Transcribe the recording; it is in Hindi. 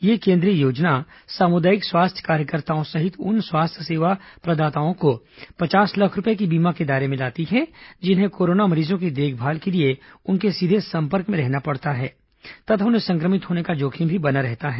यह केंद्रीय योजना सामुदायिक स्वास्थ्य कार्यकर्ताओं सहित उन स्वास्थ्य सेवा प्रदाताओं को पचास लाख रुपये के बीमा के दायरे में लाती है जिन्हें कोरोना मरीजों की देखभाल के लिए उनके सीधे संपर्क में रहना पड़ सकता है तथा उन्हें संक्रमित होने का जोखिम भी बना रहता है